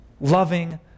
loving